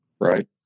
right